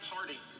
Party